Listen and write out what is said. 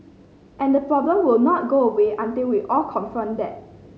and the problem will not go away until we all confront that